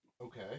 Okay